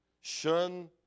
shun